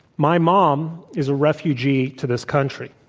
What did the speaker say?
my mom is a refugee to this country.